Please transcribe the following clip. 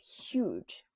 huge